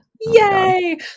Yay